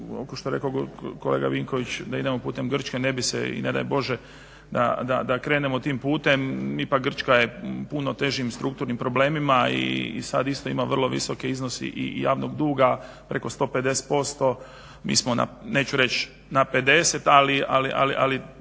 htio što je rekao kolega Vinković da idemo putem Grčke ne bih se i ne daj Bože da krenemo tim putem. Ipak Grčka je u puno težim strukturnim problemima i sad isto ima vrlo visok iznos i javnog duga preko 150%, mi smo na neću reći na 50% ali